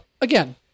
again